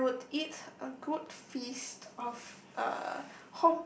I would eat a good feast of uh